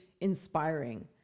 inspiring